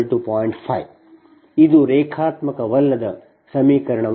5 ಇದು ರೇಖಾತ್ಮಕವಲ್ಲದ ಸಮೀಕರಣವಾಗಿದೆ